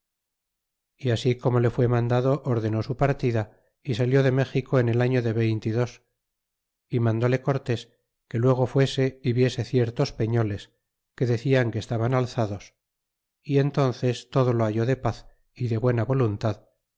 y así como le fué mandado ordenó su partida y salió de méxico en el año de veinte y dos é mandóle cortés que luego fuese é viese ciertos peñoles que decían que estaban alzados y entónces todo lo halló de paz y de buena voluntad